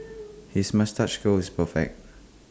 his moustache curl is perfect